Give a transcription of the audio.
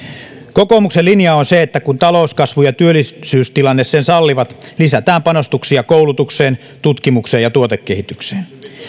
kokoomuksen linja on se että kun talouskasvu ja työllisyystilanne sen sallivat lisätään panostuksia koulutukseen tutkimukseen ja tuotekehitykseen